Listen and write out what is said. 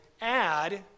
add